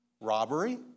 robbery